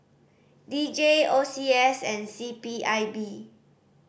D J O C S and C P I B